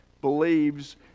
believes